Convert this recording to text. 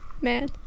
Man